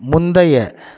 முந்தைய